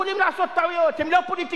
הם יכולים לעשות טעויות, הם לא פוליטיקאים,